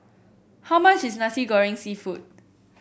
how much is Nasi Goreng seafood